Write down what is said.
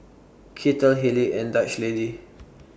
Kettle Haylee and Dutch Lady